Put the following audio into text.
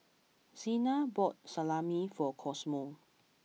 Cena bought Salami for Cosmo